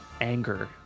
anger